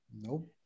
Nope